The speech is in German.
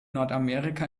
nordamerika